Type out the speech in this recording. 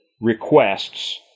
requests